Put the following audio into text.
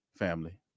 family